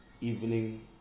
evening